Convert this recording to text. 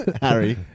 Harry